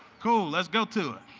cool. let's go to it.